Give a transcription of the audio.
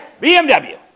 BMW